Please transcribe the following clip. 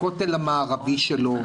הכותל המערבי שלו,